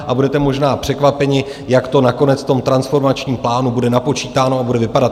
A budete možná překvapeni, jak to nakonec v tom transformačním plánu bude napočítáno a bude vypadat.